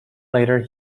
later